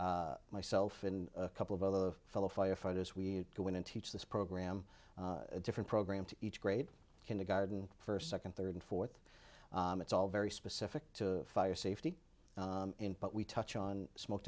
myself in a couple of other fellow firefighters we go in and teach this program a different program to each grade kindergarden first second third and fourth it's all very specific to fire safety but we touch on smoke